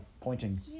pointing